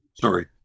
Sorry